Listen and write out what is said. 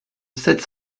sept